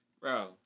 Bro